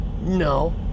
No